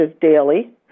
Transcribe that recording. daily